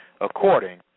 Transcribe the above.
according